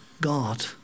God